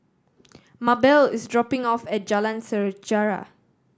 Mabelle is dropping off at Jalan Sejarah